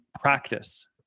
practice